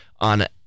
on